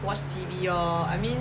watch T_V lor I mean